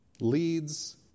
leads